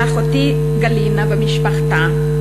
לאחותי גלינה ומשפחתה,